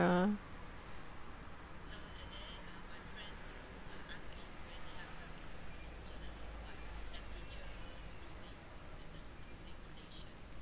ya